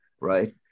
right